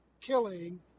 killing